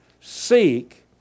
Seek